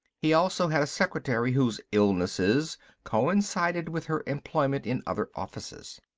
he also had a secretary whose illnesses coincided with her employment in other offices.